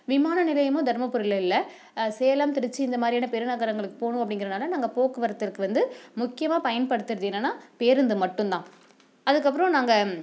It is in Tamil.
விமான நிலையமும் தருமபுரியில் இல்லை சேலம் திருச்சி இந்தமாதிரியான பெருநகரங்களுக்கு போகணும் அப்படிங்கிறனால நாங்கள் போக்குவரத்திற்கு வந்து முக்கியமாக பயன்படுத்துகிறது என்னென்னால் பேருந்து மட்டும் தான் அதுக்கப்புறம் நாங்கள்